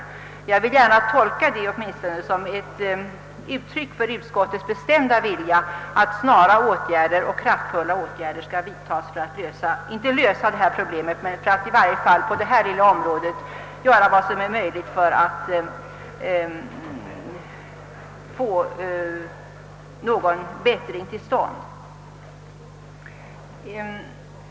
Detta vill jag uppfatta som ett uttryck för utskottets bestämda vilja att snara och kraftfulla åtgärder vidtages för att på detta mer begränsade område göra vad som är möjligt för att få någon bättring till stånd.